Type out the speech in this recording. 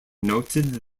noted